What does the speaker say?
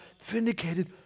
vindicated